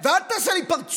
לא נותן, ואל תעשה לי פרצוף.